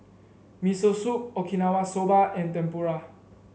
Miso Soup Okinawa Soba and Tempura